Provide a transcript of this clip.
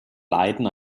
leiden